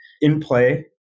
in-play